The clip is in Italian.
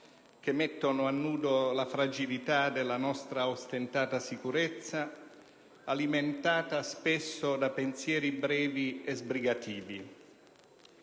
che mettono a nudo la fragilità della nostra ostentata sicurezza, alimentata spesso da pensieri brevi e sbrigativi.